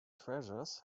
treasures